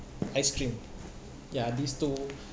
ice cream ya these two